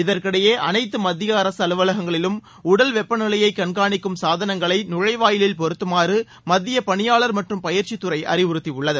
இதற்கிடையே அனைத்து மத்திய அரசு அலுவலகங்களிலும் உடல் வெப்பநிலையை கண்காணிக்கும் சாதனங்களை நுழைவாயிலில் பொருத்துமாறு மத்திய பணியாளர் மற்றும் பயிற்சித்துறை அறிவுறுத்தியுள்ளது